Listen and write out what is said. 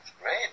great